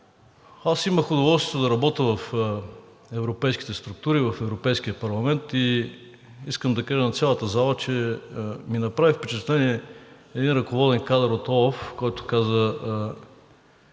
Аз имах удоволствието да работя в европейските структури, в Европейския парламент, и искам да кажа на цялата зала, че ми направи впечатление един ръководен кадър от ОЛАФ, който каза: